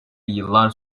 yıllar